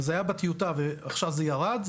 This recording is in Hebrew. וזה היה בטיוטה ועכשיו זה ירד,